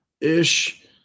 Ish